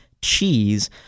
Cheese